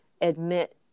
admit